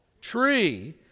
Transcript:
Tree